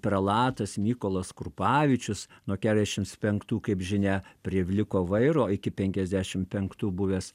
prelatas mykolas krupavičius nuo keturiasdešims penktųjų kaip žinia prie vliko vairo iki penkiasdešim penktų buvęs